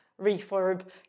refurb